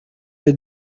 êtes